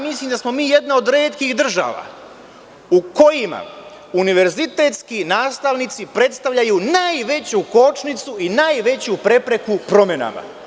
Mislim da smo mi jedna od retkih država u kojima univerzitetski nastavnici predstavljaju najveću kočnicu i najveću prepreku u promenama.